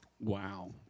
Wow